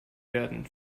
werden